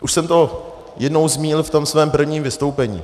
Už jsem to jednou zmínil ve svém prvním vystoupení.